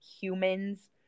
humans